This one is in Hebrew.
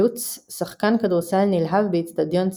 לוץ – שחקן כדורסל נלהב באצטדיון ציקלון.